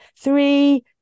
three